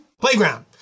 Playground